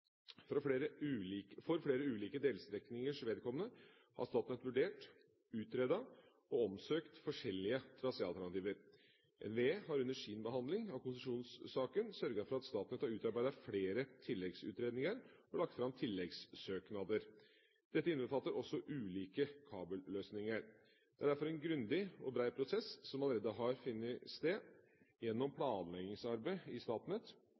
fra forskjellig hold. For flere ulike delstrekningers vedkommende har Statnett vurdert, utredet og omsøkt forskjellige traséalternativer. NVE har under sin behandling av konsesjonssaken sørget for at Statnett har utarbeidet flere tilleggsutredninger og lagt fram tilleggssøknader. Dette innbefatter også ulike kabelløsninger. Det er derfor en grundig og bred prosess som allerede har funnet sted gjennom planleggingsarbeidet i Statnett